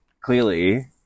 clearly